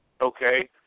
okay